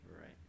Right